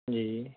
ਜੀ